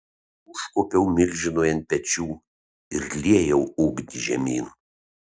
užkopiau milžinui ant pečių ir liejau ugnį žemyn